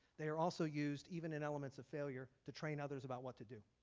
they are also used even in elements of failure to train others about what to do.